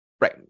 Right